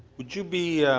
would you be